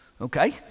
Okay